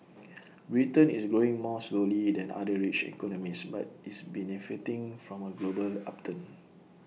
Britain is growing more slowly than other rich economies but is benefiting from A global upturn